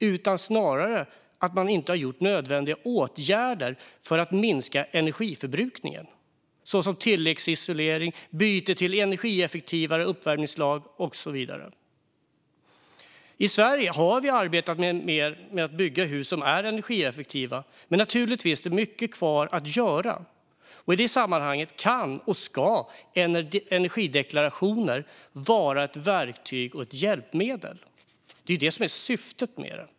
Det är snarare att man inte har gjort nödvändiga åtgärder för att minska energiförbrukningen, såsom tilläggsisolering, byte till energieffektivare uppvärmningsslag och så vidare. I Sverige har vi arbetat mer med att bygga hus som är energieffektiva. Men naturligtvis finns det mycket kvar att göra. I det sammanhanget kan och ska energideklarationer vara ett verktyg och ett hjälpmedel. Det är syftet med dem.